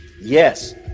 yes